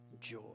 joy